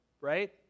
right